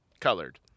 colored